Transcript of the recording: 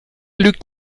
lügt